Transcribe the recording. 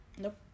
nope